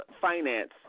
finance